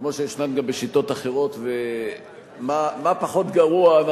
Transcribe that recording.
כמו שישנן גם בשיטות אחרות, מה פחות גרוע.